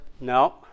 No